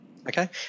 Okay